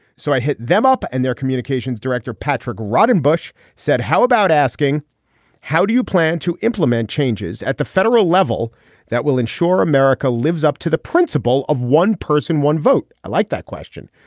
so i hit them up and their communications director patrick rodham bush said how about asking how do you plan to implement changes at the federal level that will ensure america lives up to the principle of one person one vote. i liked that question.